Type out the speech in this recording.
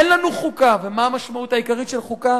אין לנו חוקה, ומה המשמעות העיקרית של חוקה?